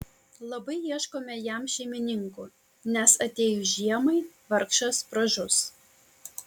labai ieškome jam šeimininkų nes atėjus žiemai vargšas pražus